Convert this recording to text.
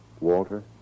Walter